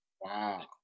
Wow